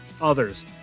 others